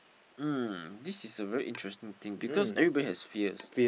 um this is a very interesting thing because everybody has fears